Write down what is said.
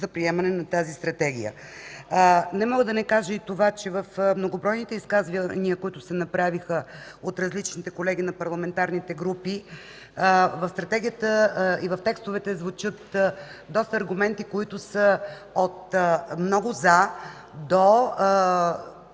за приемане на тази Стратегия. Не мога да не кажа и това, че в многобройните изказвания, които се направиха от различните колеги от парламентарните групи, в Стратегията и в текстовете звучат доста аргументи, които са от много „за” до